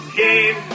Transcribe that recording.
game